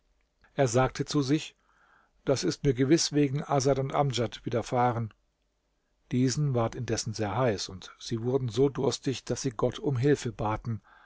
er sagte zu sich das ist mir gewiß wegen asad und amdjad widerfahren diesen ward indessen sehr heiß und sie wurden so durstig daß sie gott um hilfe baten